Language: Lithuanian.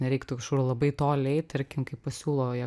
nereiktų kažkur labai toli eit tarkim kai pasiūlo į